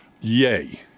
Yay